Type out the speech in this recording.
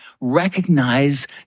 recognize